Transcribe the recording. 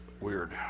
Weird